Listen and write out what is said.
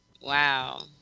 wow